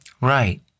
Right